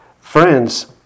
friends